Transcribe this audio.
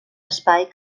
espai